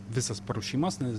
visas paruošimas nes